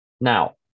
Now